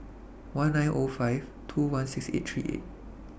one nine five two one six eight three eight